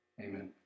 Amen